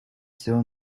still